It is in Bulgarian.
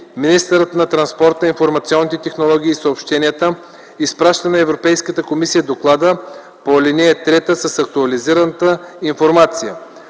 министърът на транспорта, информационните технологии и съобщенията изпраща на Европейската комисия доклада по ал. 3 с актуализираната информация.